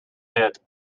hit